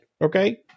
Okay